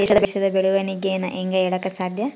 ದೇಶದ ಬೆಳೆವಣಿಗೆನ ಹೇಂಗೆ ಹೇಳಕ ಸಾಧ್ಯ?